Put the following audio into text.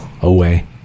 away